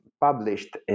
published